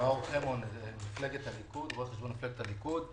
מאור חמו, רואה חשבון מפלגת הליכוד.